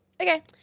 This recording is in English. Okay